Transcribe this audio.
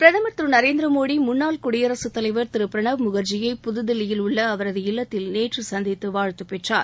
பிரதமர் திரு நரேந்திர மோடி முன்னாள் குடியரசுத் தலைவர் திரு பிரணாப் முகர்ஜியை புதுதில்லியில் உள்ள அவரது இல்லத்தில் நேற்று சந்தித்து வாழ்த்துப் பெற்றார்